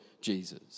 Jesus